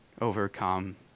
overcome